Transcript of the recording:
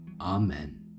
Amen